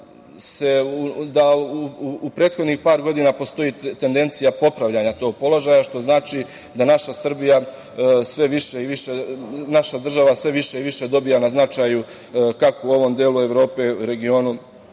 da u prethodnih par godina postoji tendencija popravljanja tog položaja, što znači da naša država sve više i više dobija na značaju kako u ovom delu Evrope i regionu,